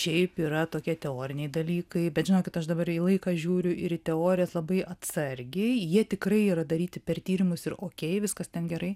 šiaip yra tokie teoriniai dalykai bet žinokit aš dabar į laiką žiūriu ir į teorijas labai atsargiai jie tikrai yra daryti per tyrimus ir okei viskas ten gerai